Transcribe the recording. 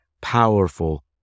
powerful